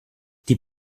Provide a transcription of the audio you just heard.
die